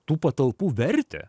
tų patalpų vertę